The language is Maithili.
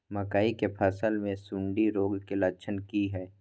मकई के फसल मे सुंडी रोग के लक्षण की हय?